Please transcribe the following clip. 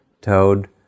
Toad